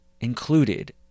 included